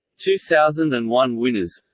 two thousand and one winners